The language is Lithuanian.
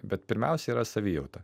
bet pirmiausia yra savijauta